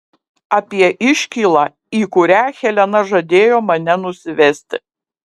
apie iškylą į kurią helena žadėjo mane nusivesti